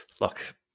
Look